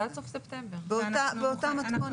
באותה מתכונת.